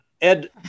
ed